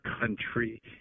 country